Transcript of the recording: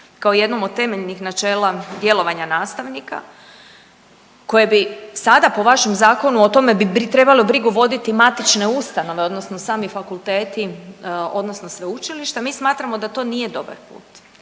kao jednim od temeljnih načela djelovanja nastavnika koje bi sada po vašem zakonu o tome bi trebalo brigu voditi matične ustanove odnosno sami fakulteti odnosno sveučilišta, mi smatramo da to nije dobar put